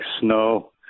snow